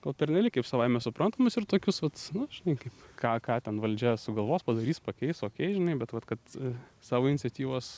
gal pernelyg kaip savaime suprantamus ir tokius vat nu žinai kaip ką ką ten valdžia sugalvos padarys pakeis žinai bet vat kad savo iniciatyvos